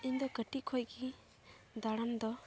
ᱤᱧᱫᱚ ᱠᱟᱹᱴᱤᱡ ᱠᱷᱚᱱᱜᱮ ᱫᱟᱬᱟᱱ ᱫᱚ